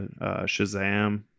Shazam